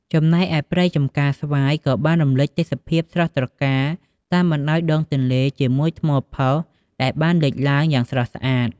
ចំណែកឯព្រៃចំការស្វាយ ក៏បានរំលេចទេសភាពស្រស់ត្រកាល តាមបណ្តោយដងទន្លេ ជាមួយថ្មផុសដែលបានលេចឡើង យ៉ាងស្រស់ស្អាត។